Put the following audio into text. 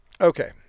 Okay